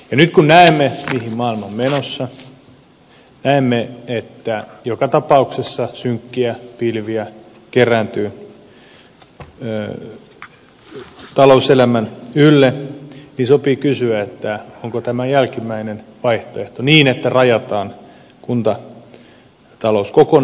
nyt kun näemme mihin maailma on menossa näemme että joka tapauksessa synkkiä pilviä kerääntyy talouselämän ylle niin sopii kysyä onko tämä jälkimmäinen vaihtoehto että rajataan kuntatalous kokonaan pois sopeuttamistoimenpiteiden piiristä kestävä